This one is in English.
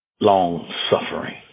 Long-suffering